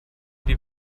die